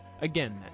again